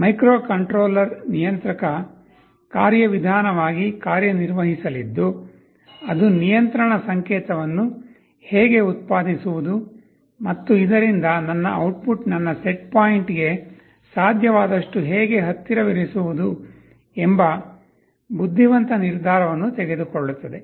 microcontroller ನಿಯಂತ್ರಕ ಕಾರ್ಯವಿಧಾನವಾಗಿ ಕಾರ್ಯನಿರ್ವಹಿಸಲಿದ್ದು ಅದು ನಿಯಂತ್ರಣ ಸಂಕೇತವನ್ನು ಹೇಗೆ ಉತ್ಪಾದಿಸುವುದು ಮತ್ತು ಇದರಿಂದ ನನ್ನ ಔಟ್ಪುಟ್ ನನ್ನ ಸೆಟ್ ಪಾಯಿಂಟ್ಗೆ ಸಾಧ್ಯವಾದಷ್ಟು ಹೇಗೆ ಹತ್ತಿರವಿರಿಸುವುದು ಎಂಬ ಬುದ್ಧಿವಂತ ನಿರ್ಧಾರವನ್ನು ತೆಗೆದುಕೊಳ್ಳುತ್ತದೆ